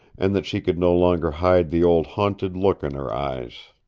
and that she could no longer hide the old haunted look in her eyes.